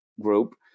group